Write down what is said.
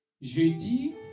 Jeudi